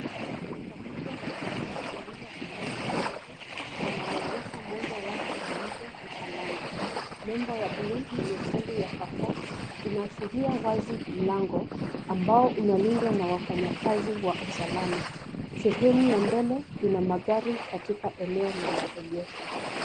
Duka kubwa la carefour lililo anganzwa vizuri linalonyesha muondo wake wa nje na alama. Nembo ya bluu na nyekundu ya carefour inaashiria wazi mlango, ambao unalindwa na wafanyakazi wa usalama. Sehemu ya mbele ina magari katika eneo la maegesho.